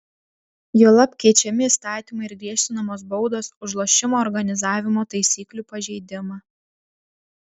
juolab keičiami įstatymai ir griežtinamos baudos už lošimo organizavimo taisyklių pažeidimą